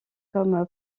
comme